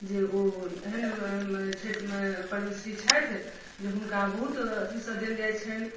जे ओ एहेन छठि परमेश्वरी छथि जे हुनका बहुत अथी सँ देल जाइ छनि